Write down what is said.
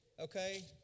okay